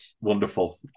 Wonderful